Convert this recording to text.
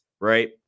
right